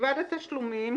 מלבד התשלומים,